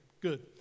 Good